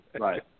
Right